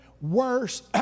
worse